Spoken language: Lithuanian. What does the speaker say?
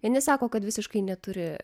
vieni sako kad visiškai neturi